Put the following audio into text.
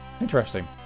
interesting